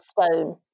stone